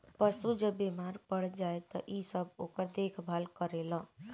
पशु जब बेमार पड़ जाए त इ सब ओकर देखभाल करेल